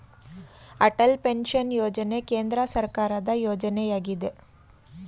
Atal pension ಯೋಜನೆ ಕೇಂದ್ರ ಸರ್ಕಾರದ ಯೋಜನೆಯಗಿದೆ